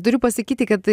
turiu pasakyti kad